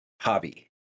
hobby